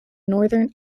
northern